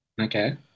Okay